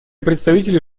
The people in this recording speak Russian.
представители